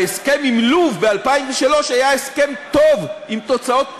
ההסכם עם לוב ב-2003 היה הסכם טוב עם תוצאות טובות.